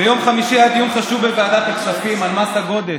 ביום חמישי היה דיון חשוב בוועדת הכספים על מס הגודש,